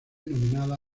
nominada